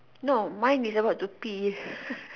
no mine is about to pee